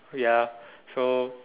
ya so